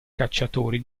cacciatori